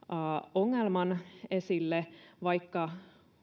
ongelman esille vaikka